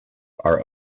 are